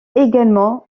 également